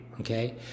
Okay